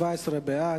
17 בעד,